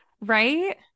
right